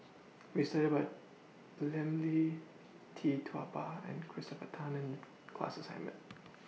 We studied about Lim Lee Tee Tua Ba and Christopher Tan in class assignment